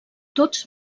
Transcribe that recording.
tots